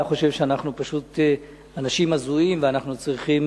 היה חושב שאנחנו פשוט אנשים הזויים ואנחנו צריכים